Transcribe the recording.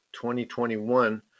2021